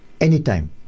Anytime